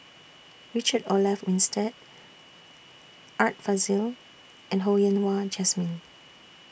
Richard Olaf Winstedt Art Fazil and Ho Yen Wah Jesmine